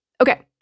Okay